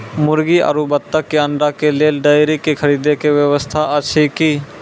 मुर्गी आरु बत्तक के अंडा के लेल डेयरी के खरीदे के व्यवस्था अछि कि?